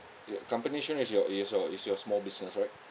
uh company's share is your is your is your small business right